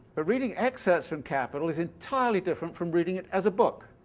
but reading excerpts from capital is entirely different from reading it as a book,